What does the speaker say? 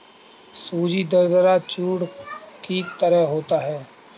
सूजी दरदरा चूर्ण की तरह होता है